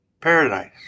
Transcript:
paradise